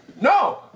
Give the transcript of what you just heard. No